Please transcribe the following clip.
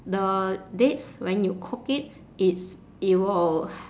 the dates when you cook it it's it will